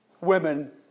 women